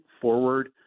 forward